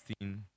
16